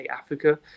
Africa